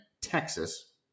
Texas